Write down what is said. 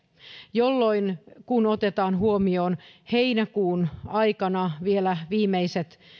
jolloin kun otetaan huomioon heinäkuun aikana vielä viimeiset